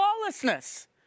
lawlessness